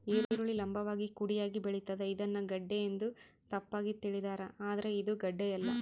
ಈರುಳ್ಳಿ ಲಂಭವಾಗಿ ಕುಡಿಯಾಗಿ ಬೆಳಿತಾದ ಇದನ್ನ ಗೆಡ್ಡೆ ಎಂದು ತಪ್ಪಾಗಿ ತಿಳಿದಾರ ಆದ್ರೆ ಇದು ಗಡ್ಡೆಯಲ್ಲ